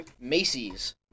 Macy's